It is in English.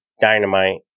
Dynamite